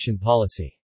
policy